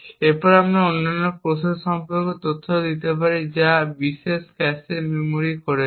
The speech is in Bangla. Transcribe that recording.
এবং আমরা অন্যান্য প্রসেস সম্পর্কেও তথ্য পেতে পারি যা এই বিশেষ ক্যাশে মেমরি ভাগ করছে